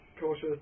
cautious